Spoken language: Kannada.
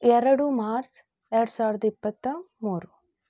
ಎರಡು ಮಾರ್ಚ್ ಎರಡು ಸಾವಿರದ ಇಪ್ಪತ್ತ ಮೂರು